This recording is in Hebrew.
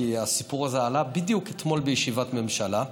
כי הסיפור הזה עלה בדיוק אתמול בישיבת ממשלה,